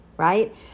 Right